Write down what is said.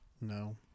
No